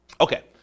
okay